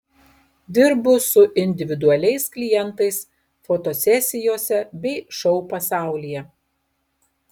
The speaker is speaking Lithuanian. dirbu su individualiais klientais fotosesijose bei šou pasaulyje